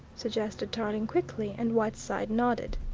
suggested tarling quickly, and whiteside nodded.